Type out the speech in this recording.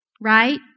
Right